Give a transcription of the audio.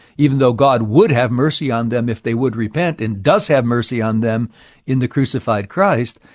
even though god would have mercy on them if they would repent and does have mercy on them in the crucified christ.